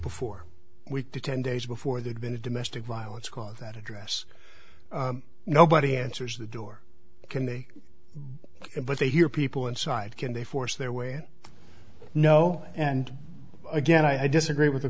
before week to ten days before they'd been a domestic violence call that address nobody answers the door can they but they hear people inside can they force their way in no and again i disagree with the